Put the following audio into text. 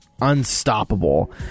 unstoppable